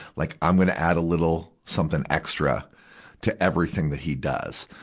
like i'm gonna add a little something extra to everything that he does.